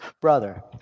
brother